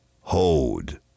hold